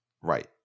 Right